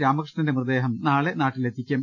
രാമകൃഷ്ണന്റെ മൃതദേഹം നാളെ നാട്ടിലെത്തിക്കും